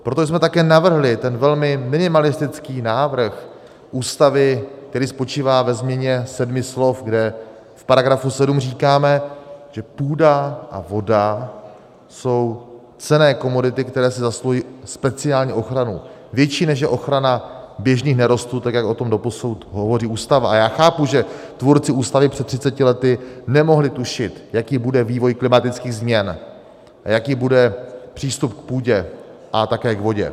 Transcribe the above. Proto jsme také navrhli ten velmi minimalistický návrh Ústavy, který spočívá ve změně sedmi slov, kde v § 7 říkáme, že půda a voda jsou cenné komodity, které si zasluhují speciální ochranu, větší, než je ochrana běžných nerostů, tak jak o tom doposud hovoří Ústava, a já chápu, že tvůrci ústavy před 30 lety nemohli tušit, jaký bude vývoj klimatických změn a jaký bude přístup k půdě a také k vodě.